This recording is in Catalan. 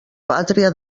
pàtria